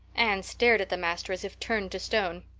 anne stared at the master as if turned to stone.